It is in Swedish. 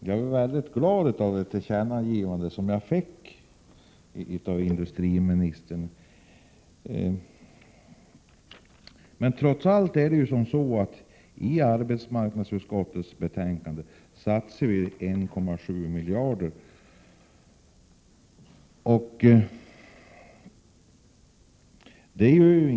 Fru talman! Jag blev mycket glad över det besked som jag fick av industriministern. Förslagen i arbetsmarknadsutskottets betänkande innebär trots allt en satsning med drygt 1,7 miljarder kronor.